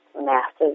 massive